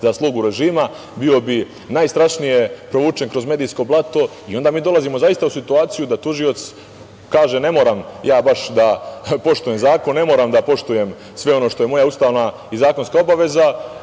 za slugu režima, bio bi najstrašnije provučen kroz medijsko blato i onda mi dolazimo u situaciju da tužilac kaže – ne moram ja baš da poštujem zakon, ne moram da poštujem sve ono što je moja ustavna i zakonska obaveza,